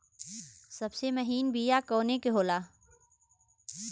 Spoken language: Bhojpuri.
सबसे महीन बिया कवने के होला?